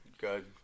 Good